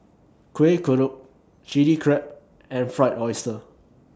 Kueh Kodok Chili Crab and Fried Oyster